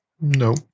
No